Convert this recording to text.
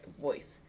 voice